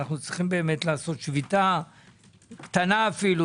אנחנו צריכים לעשות שביתה קטנה אפילו,